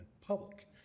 public